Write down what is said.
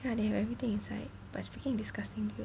ya they have everything inside but it's freaking disgusting dude